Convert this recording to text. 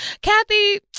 Kathy